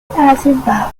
above